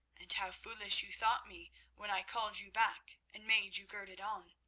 and how foolish you thought me when i called you back and made you gird it on.